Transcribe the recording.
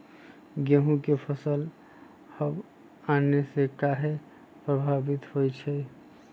गेंहू के फसल हव आने से काहे पभवित होई छई?